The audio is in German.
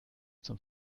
zum